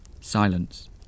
Silence